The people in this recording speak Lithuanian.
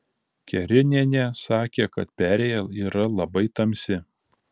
kerinienė sakė kad perėja yra labai tamsi